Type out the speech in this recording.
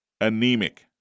Anemic